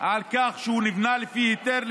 על כך שהוא נבנה לפי היתר,